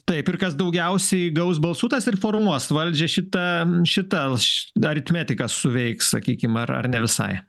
taip ir kas daugiausiai gaus balsų tas ir formuos valdžią šita šita aritmetika suveiks sakykim ar ne visai